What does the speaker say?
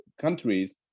countries